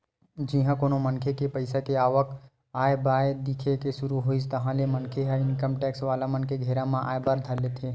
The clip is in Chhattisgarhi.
जिहाँ कोनो मनखे के पइसा के आवक आय बाय दिखे के सुरु होइस ताहले ओ मनखे ह इनकम टेक्स वाला मन के घेरा म आय बर धर लेथे